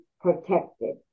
protected